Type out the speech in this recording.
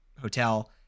hotel